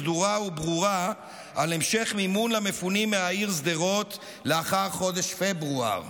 סדורה וברורה על המשך מימון למפונים מהעיר שדרות לאחר חודש פברואר.